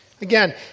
Again